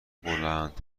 بلند